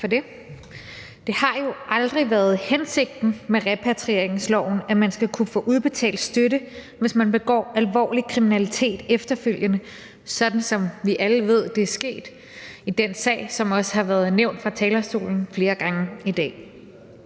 Det har jo aldrig været hensigten med repatrieringsloven, at man skal kunne få udbetalt støtte, hvis man begår alvorlig kriminalitet efterfølgende, sådan som vi alle ved det er sket i den sag, som også har været nævnt fra talerstolen flere gange i dag.